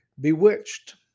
bewitched